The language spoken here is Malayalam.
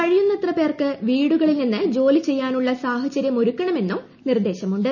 കഴിയുന്നത്ര പേർക്ക് പ്ടിടു്കളിൽ നിന്ന് ജോലി ചെയ്യാനുള്ള സാഹചര്യമൊരുക്കണ്മെന്നും നിർദേശമുണ്ട്